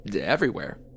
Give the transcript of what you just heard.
everywhere